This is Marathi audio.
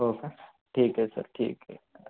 हो का ठीक आहे सर ठीक आहे हां